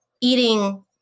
eating